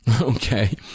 Okay